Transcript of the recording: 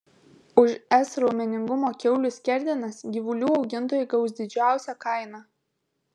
už s raumeningumo kiaulių skerdenas gyvulių augintojai gaus didžiausią kainą